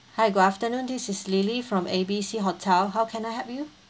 hi good afternoon this is lily from A B C hotel how can I help you